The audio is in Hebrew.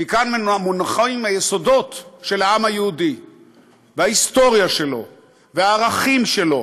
כי כאן מונחים היסודות של העם היהודי וההיסטוריה שלו והערכים שלו.